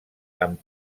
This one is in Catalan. amb